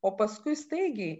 o paskui staigiai